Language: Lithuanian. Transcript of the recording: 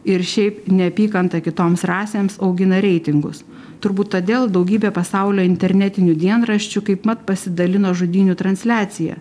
ir šiaip neapykanta kitoms rasėms augina reitingus turbūt todėl daugybė pasaulio internetinių dienraščių kaipmat pasidalino žudynių transliacija